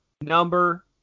number